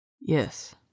Yes